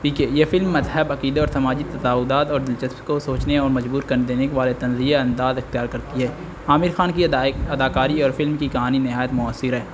پی کے یہ فلم مذہب عقیدے اور سماجی اور دلچسپی کو سوچنے اور مجبور کر دینے والے طنزیہ انداز اختیار کرتی ہے عامر خان کی اداکاری اور فلم کی کہانی نہایت مؤثر ہے